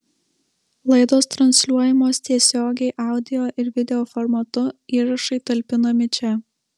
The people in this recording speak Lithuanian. laidos transliuojamos tiesiogiai audio ir video formatu įrašai talpinami čia